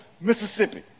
Mississippi